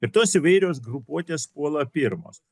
ir tos įvairios grupuotės puola pirmos